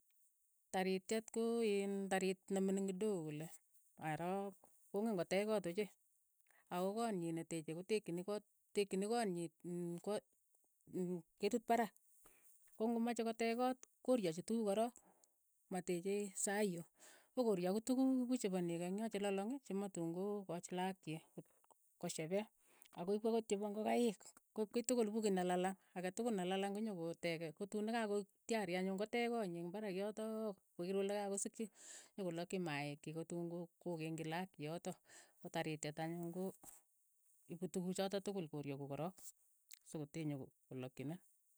Tarityet ko iin tarit nemining kidogo kole, arok kong'ene kotech koot ochei, ako kot nyi neteche kotekchini kot tekchini kot nyi nyi kot in ketit parak, ko ng'omeche kotech kot koryachi tukuk korok, mateche sa hiyo, pokoryaku tukuk ku chepo neko ing'yo che lalang koma tun koo kach laak chi koshepe, akoipu akot chepa ingokaik, koip kit tukul, ipu kei ne lalang, ake tukul ne lalang konyokoteke kotun nekakoek tyari anyun kotech ko nyi eng' parak yotoook kokeer kole kakosikchi, nyokolakchi maaik chik kotun ko kogengchi laak chik yotok, ko tarityet anyun ko ipu tukuk chotok tukul koryaku korok sokotee nyoko kolakchini.